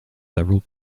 several